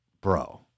bro